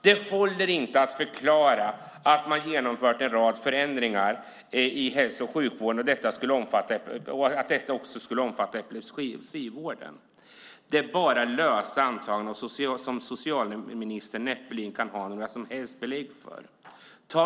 Det håller inte att förklara att man har genomfört en rad förändringar i hälso och sjukvården och att detta också skulle omfatta epilepsivården. Det är bara lösa antaganden som socialministern näppeligen kan ha några som helst belägg för.